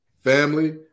family